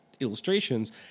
Illustrations